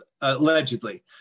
allegedly